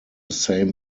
same